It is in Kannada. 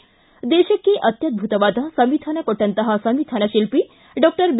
ಿ ದೇಶಕ್ಕೆ ಅತ್ಯದ್ಭುತವಾದ ಸಂವಿಧಾನ ಕೊಟ್ಟಂತಹ ಸಂವಿಧಾನ ಶಿಲ್ಪಿ ಡಾಕ್ಟರ್ ಬಿ